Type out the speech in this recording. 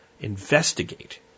investigate